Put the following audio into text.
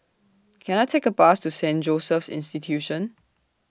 Can I Take A Bus to Saint Joseph's Institution